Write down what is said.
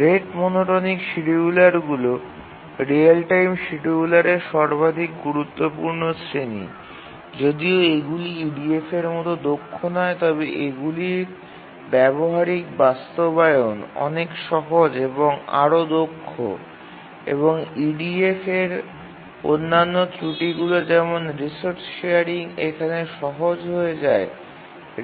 rate monotonic শিডিয়ুলারগুলি real time শিডিয়ুলারের সর্বাধিক গুরুত্বপূর্ণ শ্রেণি যদিও এগুলি EDF এর মতো দক্ষ নয় তবে এগুলির ব্যবহারিক বাস্তবায়ন অনেক সহজ এবং আরও দক্ষ এবং EDF এর অন্যান্য ত্রুটিগুলি যেমন রিসোর্স শেয়ারিং এখানে সহজ হয়ে যায়